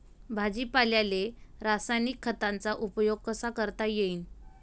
भाजीपाल्याले रासायनिक खतांचा उपयोग कसा करता येईन?